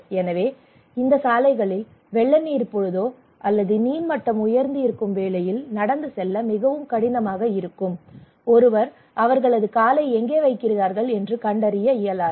எனவே இந்த சாலைகளில் வெள்ளநீர் பொழுதோ அல்லது நீர்மட்டம் உயர்ந்து இருக்கும் வேளையில் நடந்து செல்ல மிகவும் கடினமாக இருக்கும் ஒருவர் அவர்களது காலை எங்கே வைக்கிறார்கள் என்று கண்டறிய இயலாது